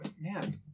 man